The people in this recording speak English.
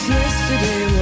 yesterday